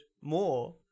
more